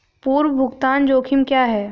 पूर्व भुगतान जोखिम क्या हैं?